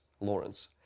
Lawrence